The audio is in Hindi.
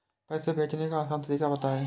पैसे भेजने का आसान तरीका बताए?